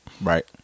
right